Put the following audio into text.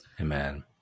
Amen